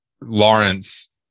lawrence